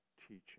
teaching